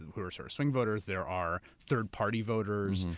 who are sort of swing voters, there are third party voters,